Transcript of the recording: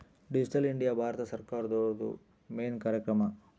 digital India ಭಾರತ ಸರ್ಕಾರ್ದೊರ್ದು main ಕಾರ್ಯಕ್ರಮ